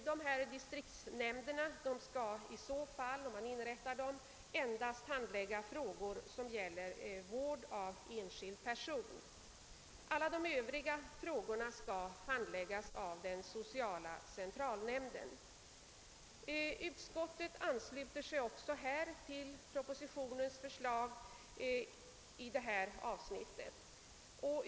Dessa distriktshämnder skall i så fall endast handlägga frågor som gäller vård av enskild person. Alla övriga frågor skall handläggas av den sociala centralnämnden. Utskottet ansluter sig till propositionens förslag även i detta avsnitt.